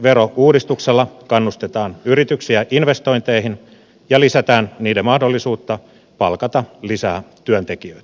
yhteisöverouudistuksella kannustetaan yrityksiä investointeihin ja lisätään niiden mahdollisuutta palkata lisää työntekijöitä